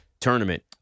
tournament